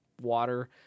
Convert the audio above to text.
water